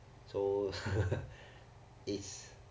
so is